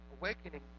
awakening